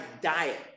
diet